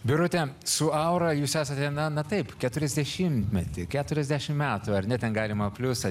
birute su aura jūs esate na taip keturiasdešimtmetį keturiasdešimt metų ar ne ten galima pliusą